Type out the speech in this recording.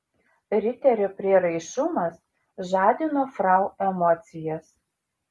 riterio prieraišumas žadino frau emocijas